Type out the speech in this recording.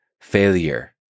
failure